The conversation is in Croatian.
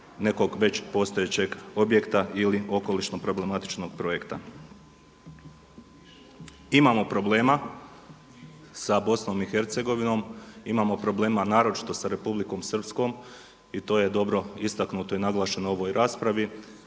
nekog već postojećeg objekta ili okolišno problematičnog projekta. Imamo problema sa Bosnom i Hercegovinom, imamo problema naročito sa Republikom Srpskom i to je dobro istaknuto i naglašeno u ovoj raspravi.